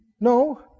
No